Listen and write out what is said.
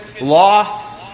loss